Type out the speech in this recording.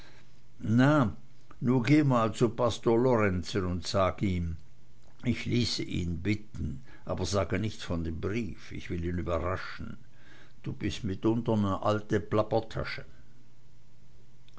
na nu geh mal zu pastor lorenzen und sag ihm ich ließ ihn bitten aber sage nichts von dem brief ich will ihn überraschen du bist mitunter ne alte